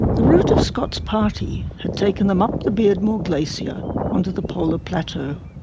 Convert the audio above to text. the route of scott's party had taken them up the beardmore glacier onto the polar plateau.